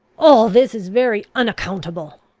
all this is very unaccountable,